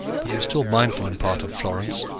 but he was still mindful in part of florence,